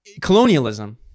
colonialism